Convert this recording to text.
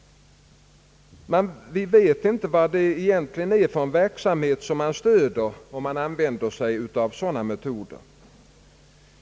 Vi vet egentligen inte vilken verksamhet vi stöder, om sådana metoder användes.